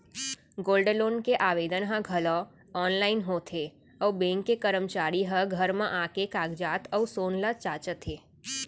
gold loan के आवेदन ह घलौक आनलाइन होत हे अउ बेंक के करमचारी ह घर म आके कागजात अउ सोन ल जांचत हे